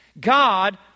God